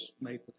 made